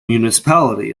municipality